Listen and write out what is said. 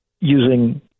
using